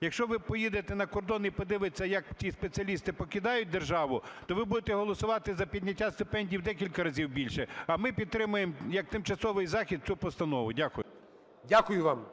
Якщо ви поїдете на кордон і подивитеся, як ті спеціалісти покидають державу, то ви будете голосувати за підняття стипендій в декілька разів більше, а ми підтримаємо як тимчасовий захід цю постанову. Дякую. ГОЛОВУЮЧИЙ. Дякую вам.